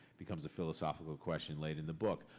becomes a philosophical question late in the book.